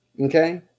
okay